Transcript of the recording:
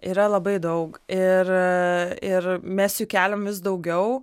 yra labai daug ir ir mes jų keliam vis daugiau